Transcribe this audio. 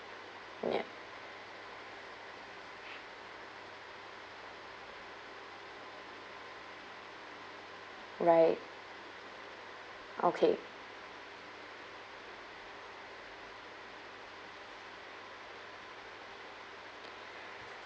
ya right okay